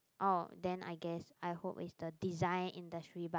oh then I guess I hope it's the design industry but